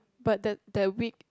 but the that week